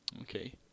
Okay